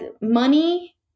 money